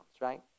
right